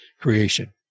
creation